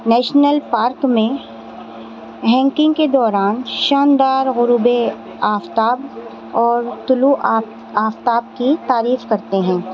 national park میں کے دوران شاندار غروب آفتاب اور طلوع آفتاب کی تعریف کرتے ہیں